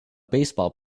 baseball